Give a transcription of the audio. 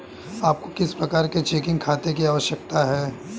आपको किस प्रकार के चेकिंग खाते की आवश्यकता है?